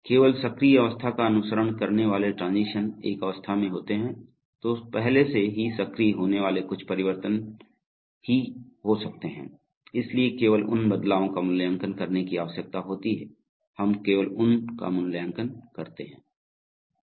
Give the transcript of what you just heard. केवल सक्रिय अवस्था का अनुसरण करने वाले ट्रांजीशन एक अवस्था में होते हैं तो पहले से ही सक्रिय होने वाले कुछ परिवर्तन ही हो सकते हैं इसलिए केवल उन बदलावों का मूल्यांकन करने की आवश्यकता होती है हम केवल उन का मूल्यांकन करते हैं